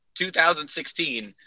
2016